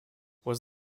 was